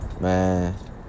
man